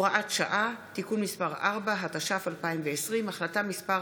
(הוראת שעה) (תיקון מס' 4), התש"ף 2020, החלטה מס'